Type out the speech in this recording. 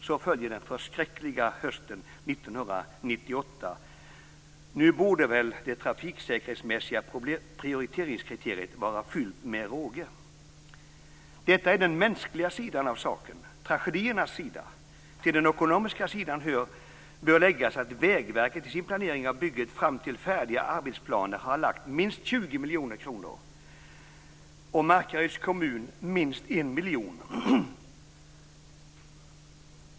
Så följer den förskräckliga hösten 1998. Nu borde väl det trafiksäkerhetsmässiga prioriteringskriteriet vara fyllt med råge. Detta är den mänskliga sidan av saken, tragediernas sida. Till den ekonomiska sidan bör läggas att Vägverket i sin planering av bygget fram till färdiga arbetsplaner har lagt minst 20 miljoner kronor och Markaryds kommun minst 1 miljon.